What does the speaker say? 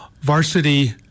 varsity